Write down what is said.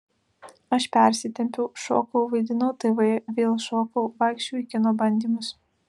aš persitempiau šokau vaidinau tv vėl šokau vaikščiojau į kino bandymus